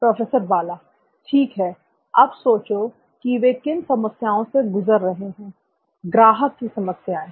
professor Bala ठीक है अब सोचो कि वे किन समस्याओं से गुजर रहे हैं ग्राहक की समस्याएं